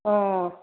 অঁ